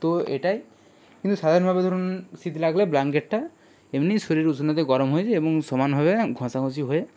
তো এটাই কিন্তু সাধারণভাবে ধরুন শীত লাগলে ব্ল্যাঙ্কেটটা এমনি শরীর উষ্ণতায় গরম হয়ে যায় সমানভাবে ঘষাঘষি হয়ে